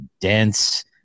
dense